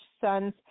sons